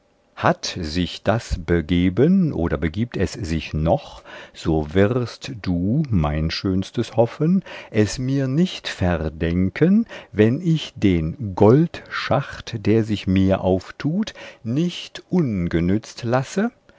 hat sich das begeben oder begibt es sich noch so wirst du mein schönstes hoffen es mir nicht verdenken wenn ich den goldschacht der sich mir auftut nicht ungenützt lasse